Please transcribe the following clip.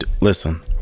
Listen